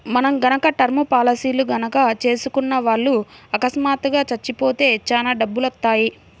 మనం గనక టర్మ్ పాలసీలు గనక చేసుకున్న వాళ్ళు అకస్మాత్తుగా చచ్చిపోతే చానా డబ్బులొత్తయ్యి